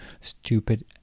stupid